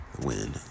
win